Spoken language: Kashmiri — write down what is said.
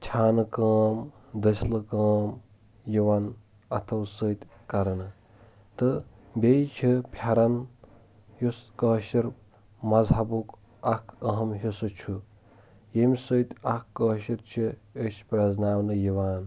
چھانہٕ کٲم دٔسۍلہٕ کٲم یِوان اتھو سۭتۍ کرنہٕ تہٕ بییٚہِ چھِ پھیٚرن یُس کٲشٕر مذہبُک اکھ أہم حصہٕ چھُ یٖٚمہِ سۭتۍ اکھ کٲشُر چھِ أسۍ چھ پرزناونہٕ یِوان